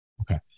Okay